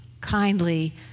kindly